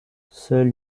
seule